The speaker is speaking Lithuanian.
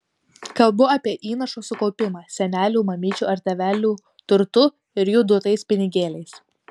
kalbu apie įnašo sukaupimą senelių mamyčių ar tėvelių turtu ir jų duotais pinigėliais